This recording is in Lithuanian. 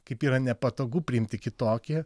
kaip yra nepatogu priimti kitokį